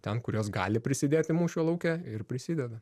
ten kur jos gali prisidėti mūšio lauke ir prisideda